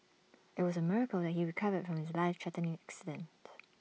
IT was A miracle that he recovered from his life threatening accident